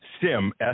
sim